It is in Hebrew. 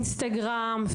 אינסטגרם,